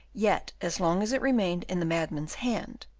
yet, as long as it remained in the madman's hand,